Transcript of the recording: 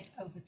over